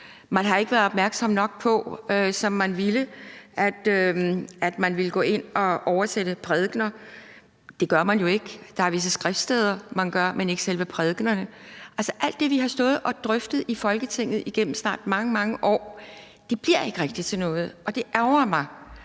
Man har ikke været opmærksom nok på, hvilket man ville, at gå ind og oversætte prædikener. Det gør man jo ikke. Der er visse skriftsteder, man gør det med, men ikke selve prædikenerne. Altså, alt det, som vi har stået og drøftet i Folketinget igennem snart mange, mange år, bliver ikke rigtig til noget, og det ærgrer mig,